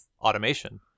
automation